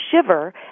shiver